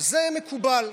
זה מקובל.